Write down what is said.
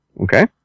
Okay